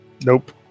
Nope